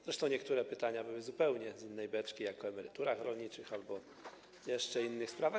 Zresztą niektóre pytania były zupełnie z innej beczki, jak o emeryturach rolniczych albo jeszcze innych sprawach.